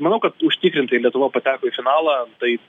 manau kad užtikrintai lietuva pateko į finalą taip